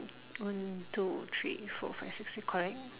one two three four five six correct